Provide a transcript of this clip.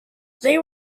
they